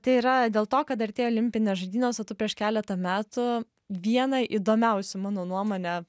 tai yra dėl to kad artėja olimpinės žaidynės o tu prieš keletą metų vieną įdomiausių mano nuomone